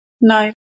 No